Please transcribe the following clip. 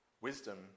wisdom